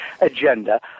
agenda